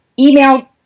email